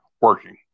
working